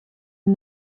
and